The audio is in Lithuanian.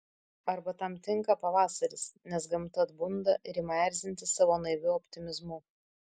arba tam tinka pavasaris nes gamta atbunda ir ima erzinti savo naiviu optimizmu